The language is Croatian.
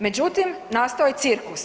Međutim, nastao je cirkus.